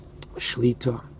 Shlita